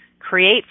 Create